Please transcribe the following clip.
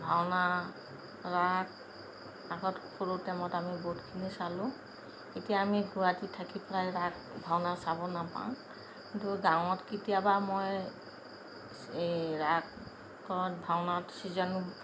ভাওনা ৰাস আগত সৰু টাইমত আমি বহুতখিনি চালোঁ এতিয়া আমি গুৱাহাটী থাকি প্ৰায় ৰাস ভাওনা চাব নাপাওঁ কিন্তু গাঁৱত কেতিয়াবা মই এই ৰাসত ভাওনা ছিজনত